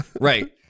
right